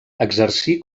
exercí